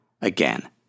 again